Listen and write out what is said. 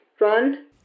Run